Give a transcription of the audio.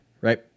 right